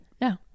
No